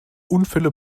unfälle